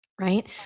right